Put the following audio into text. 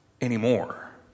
anymore